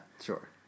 sure